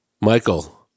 Michael